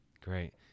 Great